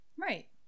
right